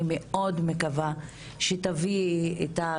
אני מאוד מקווה שתביאי איתך,